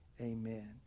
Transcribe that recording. amen